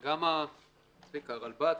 כמובן,